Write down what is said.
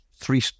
three